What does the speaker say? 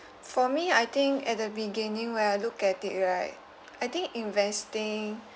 for me I think at the beginning where I look at it right I think investing